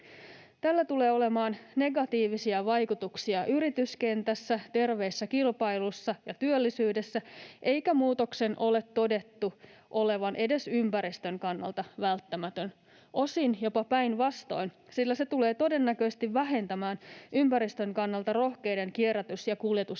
Tällä tulee olemaan negatiivisia vaikutuksia yrityskentässä, terveessä kilpailussa ja työllisyydessä, eikä muutoksen ole todettu olevan edes ympäristön kannalta välttämätön, osin jopa päinvastoin, sillä se tulee todennäköisesti vähentämään ympäristön kannalta rohkeiden kierrätys- ja kuljetusinnovaatioiden